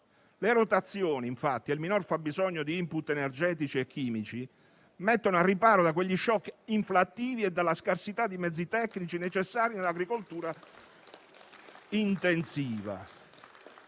le rotazioni e il minor fabbisogno di *input* energetici e chimici mettono al riparo dagli *shock* inflattivi e dalla scarsità di mezzi tecnici necessari all'agricoltura intensiva.